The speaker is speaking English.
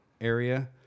area